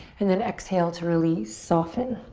and then exhale to release, soften.